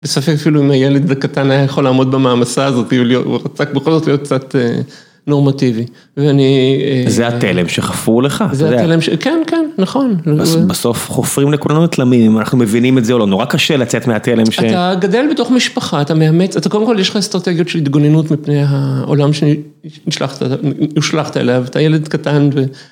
בספק אפילו אם הילד הזה הקטן היה יכול לעמוד במעמסה הזאת, הוא רצה בכל זאת להיות קצת נורמטיבי. ואני... זה התלם שחפרו לך. זה התלם ש... כן, כן, נכון. בסוף חופרים לכולם תלמים, אנחנו מבינים את זה או לא, נורא קשה לצאת מהתלם ש... אתה גדל בתוך משפחה, אתה מאמץ, אתה קודם כל יש לך אסטרטגיות של התגוננות מפני העולם שהושלכת אליו, אתה ילד קטן ו...